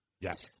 Yes